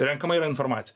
renkama yra informacija